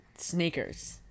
Sneakers